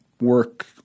work